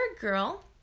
girl